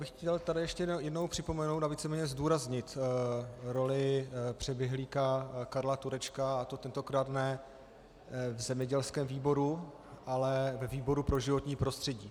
Chtěl bych tady ještě jednou připomenout a víceméně zdůraznit roli přeběhlíka Karla Turečka, a to tentokrát ne v zemědělském výboru, ale ve výboru pro životní prostředí.